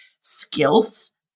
skills